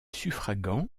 suffragant